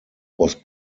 was